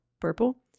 purple